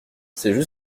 c’était